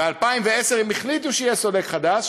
הם רצו שיהיו סולקים חדשים,